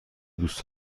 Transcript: دوست